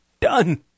Done